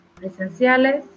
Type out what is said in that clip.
presenciales